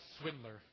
swindler